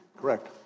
Correct